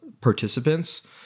participants